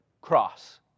cross